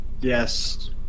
Yes